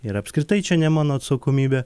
ir apskritai čia ne mano atsakomybė